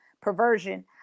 perversion